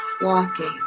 walking